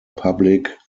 public